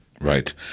Right